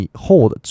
hold